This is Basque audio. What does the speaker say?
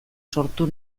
sortu